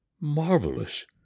Marvelous